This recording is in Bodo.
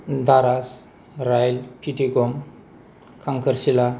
दारास रायल फिथिगम खांखोरसिला